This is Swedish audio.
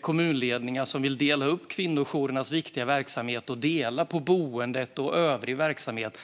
kommunledningar som vill dela upp kvinnojourernas viktiga verksamhet och dela på boendet och övrig verksamhet.